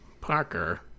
Parker